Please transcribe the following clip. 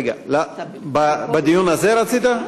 רגע, בדיון הזה רצית?